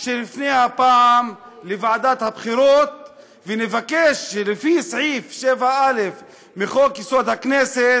שנפנה הפעם לוועדת הבחירות ונבקש: לפי סעיף 7א לחוק-יסוד: הכנסת,